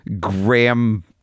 Graham